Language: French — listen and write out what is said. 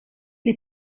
les